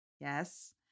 yes